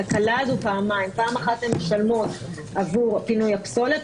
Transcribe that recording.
את התקלה הזאת פעמיים: פעם אחת הן משלמות עבור פינוי הפסולת,